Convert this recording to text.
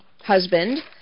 husband